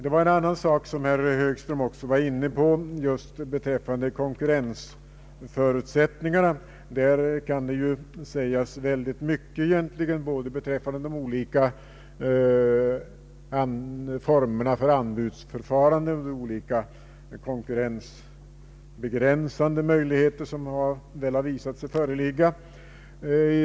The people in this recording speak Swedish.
Herr Högström var också inne på en annan sak, nämligen konkurrensförutsättningarna. I den frågan kan ju sägas mycket, både beträffande de olika formerna för anbudsförfarande och beträffande de olika konkurrensbegränsande möjligheter som visat sig föreligga.